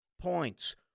points